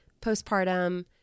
postpartum